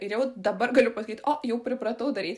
ir jau dabar galiu pasakyt o jau pripratau daryt